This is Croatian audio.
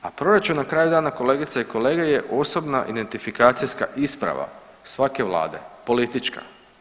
A proračun, na kraju dana, kolegice i kolege, je osobna identifikacijska isprava svake vlade, politička.